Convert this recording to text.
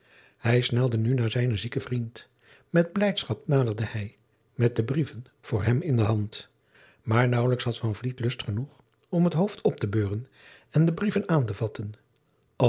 hij snelde nu naar zijnen zieken vriend met blijdschap naderde hij met de brieven voor hem in de hand maar naauwelijks had van vliet lust genoeg om het hoofd op te beuren en de brieven aan te vatten